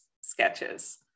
sketches